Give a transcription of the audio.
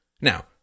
Now